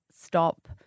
stop